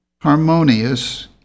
harmonious